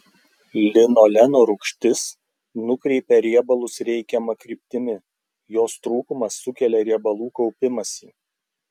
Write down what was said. linoleno rūgštis nukreipia riebalus reikiama kryptimi jos trūkumas sukelia riebalų kaupimąsi